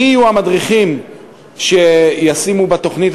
מי יהיו המדריכים שישימו בתוכנית?